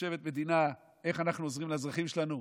יושבת מדינה: איך אנחנו עוזרים לאזרחים שלנו?